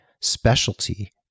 specialty